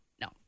no